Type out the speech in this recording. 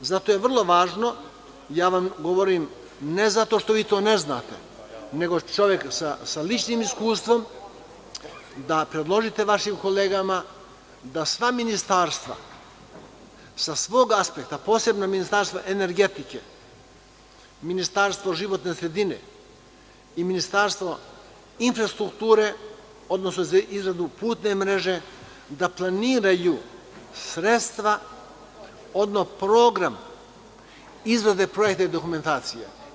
Zato je vrlo važno, govorim ne zato što vi to ne znate, nego čovek sa ličnim iskustvom da predložite vašim kolegama da sva ministarstva sa svog aspekta, posebno Ministarstvo energetike, Ministarstvo životne sredine i Ministarstvo infrastrukture, odnosno za izradu putne mreže, da planiraju sredstva odnosno program izrade projektne dokumentacije.